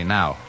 now